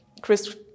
Chris